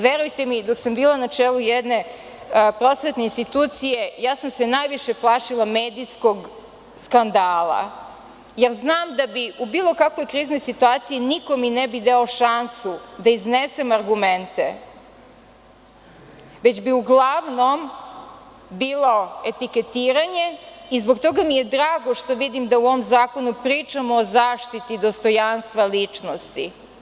Verujete mi, dok sam bila na čelu jedne prosvetne institucije, najviše sam se plašila medijskog skandala, jer znam da u bilo kakvoj kriznoj situaciji niko mi ne bi dao šansu da iznesem argumente, već bi uglavnom bilo etiketiranje i zbog toga mi je drago što vidim da u ovom zakonu pričamo o zaštiti dostojanstva ličnosti.